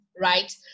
right